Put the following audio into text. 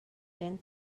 than